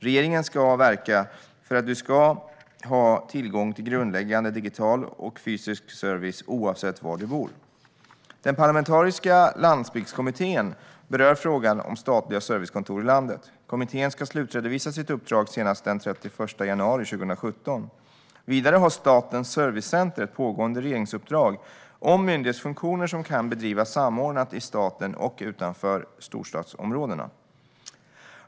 Regeringen ska verka för att du ska ha tillgång till grundläggande digital och fysisk service oavsett var du bor. Den parlamentariska landsbygdskommittén berör frågan om statliga servicekontor i landet. Kommittén ska slutredovisa sitt uppdrag senast den 31 januari 2017. Vidare har Statens servicecenter ett pågående regeringsuppdrag om myndighetsfunktioner som kan bedrivas samordnat i staten och utanför storstadsområdena.